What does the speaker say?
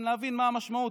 להבין את המשמעות,